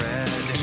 Red